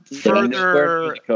further